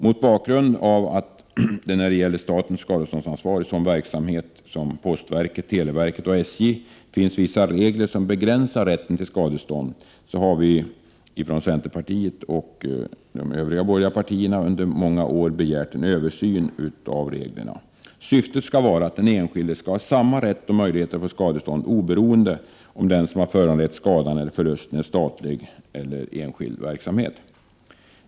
Mot bakgrund av att det när det gäller statens skadeståndsansvar i affärsmässig verksamhet såsom inom postverket, televerket och SJ finns vissa regler som begränsar rätten till skadestånd, har vi från centerpartiet och de övriga borgerliga partierna under många år begärt en översyn av reglerna. Syftet skall vara att den enskilde skall ha samma rätt och möjlighet att få skadestånd, oberoende av om den som föranlett skadan eller förlusten är företrädare för statlig eller enskild verksamhet.